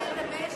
נתקבלה.